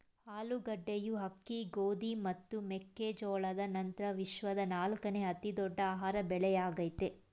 ಆಲೂಗಡ್ಡೆಯು ಅಕ್ಕಿ ಗೋಧಿ ಮತ್ತು ಮೆಕ್ಕೆ ಜೋಳದ ನಂತ್ರ ವಿಶ್ವದ ನಾಲ್ಕನೇ ಅತಿ ದೊಡ್ಡ ಆಹಾರ ಬೆಳೆಯಾಗಯ್ತೆ